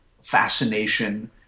fascination